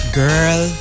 girl